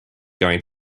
going